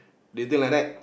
do you think like that